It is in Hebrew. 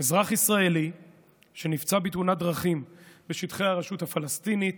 אזרח ישראלי שנפצע בתאונת דרכים בשטחי הרשות הפלסטינית